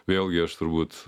vėlgi aš turbūt